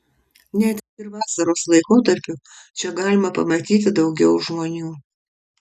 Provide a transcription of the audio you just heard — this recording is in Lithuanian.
net ir vasaros laikotarpiu čia galima pamatyti daugiau žmonių